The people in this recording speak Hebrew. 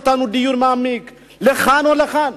אותנו לדיון מעמיק לכאן או לכאן.